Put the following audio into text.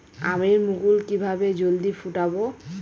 আমের মুকুল কিভাবে জলদি ফুটাব?